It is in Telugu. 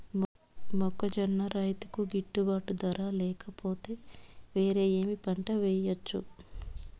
మొక్కజొన్న రైతుకు గిట్టుబాటు ధర లేక పోతే, వేరే ఏమి పంట వెయ్యొచ్చు?